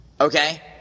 Okay